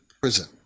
prison